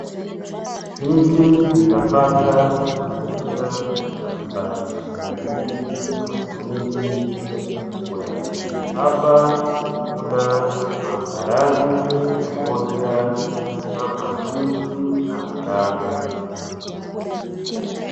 Hizi ni nafaka za aina mbalimbali kwa ajili ya matumizi ya chakula, hapa kuna maharage pamoja na mahindi na karanga.